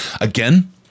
Again